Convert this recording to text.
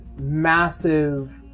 massive